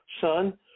son